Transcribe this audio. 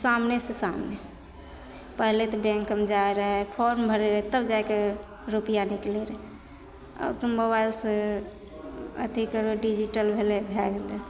सामनेसे सामने पहिले तऽ बैंक अभी जाइ रहै फॉर्म भरै रहै तब जाइके रुपिआ निकलै रहै अब तऽ मोबाइलसे अथी करबै डिजीटल भेलै भए गेलै